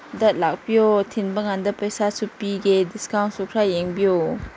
ꯗ ꯂꯥꯛꯄꯤꯌꯣ ꯊꯤꯟꯕ ꯀꯥꯟꯗ ꯄꯩꯁꯥꯁꯨ ꯄꯤꯒꯦ ꯗꯤꯁꯀꯥꯎꯟꯁꯨ ꯈꯔ ꯌꯦꯡꯕꯤꯌꯣ